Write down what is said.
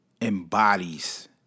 embodies